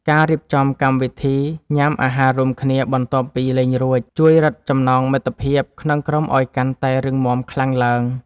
ការរៀបចំកម្មវិធីញ៉ាំអាហាររួមគ្នាបន្ទាប់ពីលេងរួច ជួយរឹតចំណងមិត្តភាពក្នុងក្រុមឱ្យកាន់តែរឹងមាំខ្លាំងឡើង។